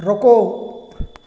रुको